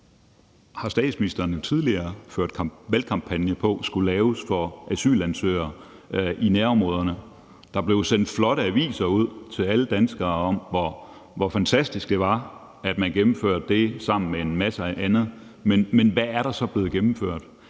statsministeren jo tidligere ført valgkampagne om skulle laves for asylansøgere i nærområderne. Der blev sendt flotte aviser ud til alle danskere om, hvor fantastisk det var, at man gennemførte det sammen med en masse andet, men hvad er der så blevet gennemført?